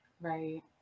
Right